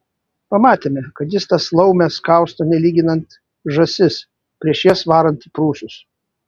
pamatėme kad jis tas laumes kausto nelyginant žąsis prieš jas varant į prūsus